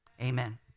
Amen